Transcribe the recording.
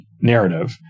narrative